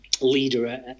leader